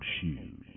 shoes